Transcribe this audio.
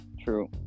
True